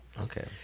Okay